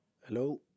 Hello